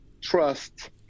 Trust